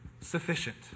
sufficient